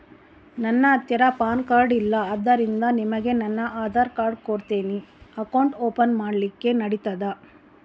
ನನ್ನ ಹತ್ತಿರ PAN card ಇಲ್ಲ ಆದ್ದರಿಂದ ನಿಮಗೆ ನನ್ನ ಆಧಾರ್ ಕಾರ್ಡ್ ಕೊಡ್ತೇನಿ ಅಕೌಂಟ್ ಓಪನ್ ಮಾಡ್ಲಿಕ್ಕೆ ನಡಿತದಾ?